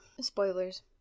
spoilers